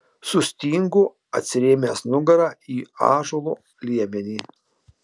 sustingo atsirėmęs nugara į ąžuolo liemenį